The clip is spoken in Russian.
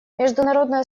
международное